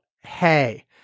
hey